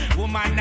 woman